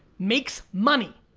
makes money.